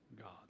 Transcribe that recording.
God